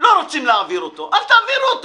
לא רוצים להעביר אותו, אל תעבירו אותו.